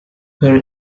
her